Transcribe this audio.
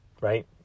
Right